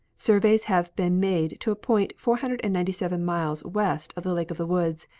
surveys have been made to a point four hundred and ninety seven miles west of the lake of the woods,